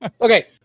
Okay